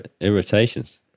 Irritations